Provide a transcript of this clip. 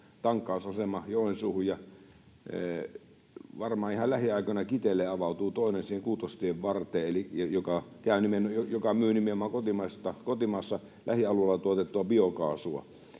tankkausasema Joensuuhun, ja varmaan ihan lähiaikoina Kiteelle siihen kuutostien varteen avautuu toinen, joka myy nimenomaan kotimaassa lähialueella tuotettua biokaasua.